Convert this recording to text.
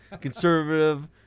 conservative